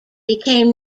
became